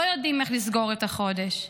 לא יודעים איך לסגור את החודש.